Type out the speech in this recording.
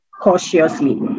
cautiously